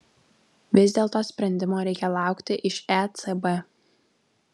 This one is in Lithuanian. vis dėlto sprendimo reikia laukti iš ecb